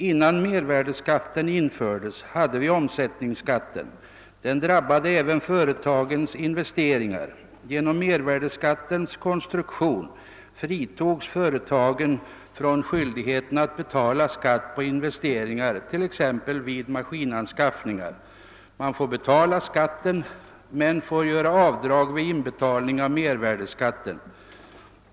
Innan mervärdeskatten infördes hade vi omsättningsskatten. Den drabbade även företagens investeringar. Genom mervärdeskattens konstruktion fritogs företagen från skyldigheten att betala skatt på investeringar t.ex. vid maskinanskaffning. Man får betala skatten men får göra avdrag vid inbetalning av mervärdeskatten.